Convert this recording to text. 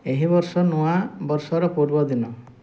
ଏହି ବର୍ଷ ନୂଆ ବର୍ଷର ପୂର୍ବଦିନ